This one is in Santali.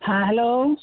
ᱦᱮᱸ ᱦᱮᱞᱚ